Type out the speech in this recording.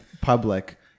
public